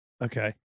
Okay